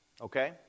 okay